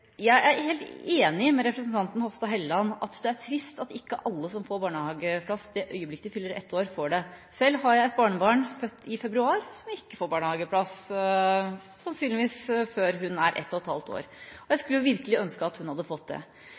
Jeg er helt enig med representanten Hofstad Helleland i at det trist at ikke alle får barnehageplass det øyeblikket de fyller ett år. Selv har jeg et barnebarn født i februar som sannsynligvis ikke får barnehageplass før hun er ett og et halvt år, og jeg skulle virkelig ønske at hun hadde fått det.